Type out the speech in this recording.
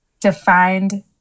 defined